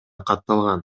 катталган